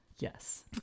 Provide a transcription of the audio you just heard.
yes